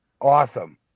Awesome